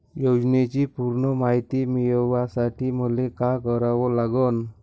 योजनेची पूर्ण मायती मिळवासाठी मले का करावं लागन?